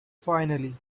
finally